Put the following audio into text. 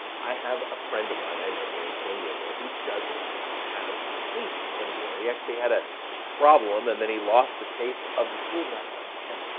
i have a friend of mine i know here in san diego who doesn't have taste anymore. he actually had a problem and then he lost the taste of the food. and i thought, man,